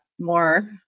more